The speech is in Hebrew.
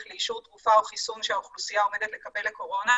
לאישור תרופה או חיסון שהאוכלוסייה עומדת לקבל לקורונה,